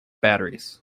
batteries